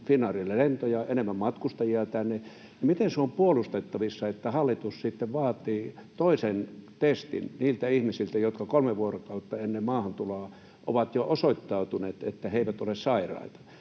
Finnairille lentoja, enemmän matkustajia tänne, niin miten se on puolustettavissa, että hallitus sitten vaatii toisen testin niiltä ihmisiltä, jotka kolme vuorokautta ennen maahantuloa ovat jo osoittaneet, että he eivät ole sairaita?